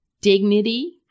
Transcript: dignity